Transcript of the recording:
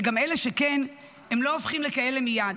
וגם אלה שכן הם לא הופכים לכאלה מייד.